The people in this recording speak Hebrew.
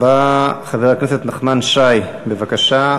הבא, חבר הכנסת נחמן שי, בבקשה.